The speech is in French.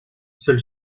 seul